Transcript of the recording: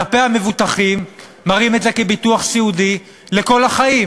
כלפי המבוטחים מראים את זה כביטוח סיעודי לכל החיים,